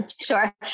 Sure